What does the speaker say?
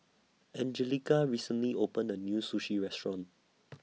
Anjelica recently opened A New Sushi Restaurant